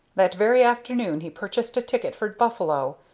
that very afternoon he purchased a ticket for buffalo,